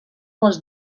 les